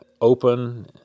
open